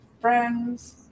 friends